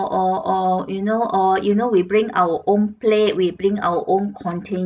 or or you know or you know we bring our own plate we bring our own container